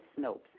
Snopes